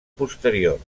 posterior